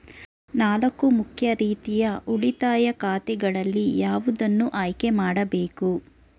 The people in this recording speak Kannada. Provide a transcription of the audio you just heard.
ನಾಲ್ಕು ಮುಖ್ಯ ರೀತಿಯ ಉಳಿತಾಯ ಖಾತೆಗಳಲ್ಲಿ ಯಾವುದನ್ನು ಆಯ್ಕೆ ಮಾಡಬೇಕು?